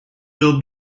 will